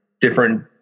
different